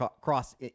cross